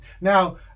now